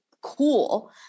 cool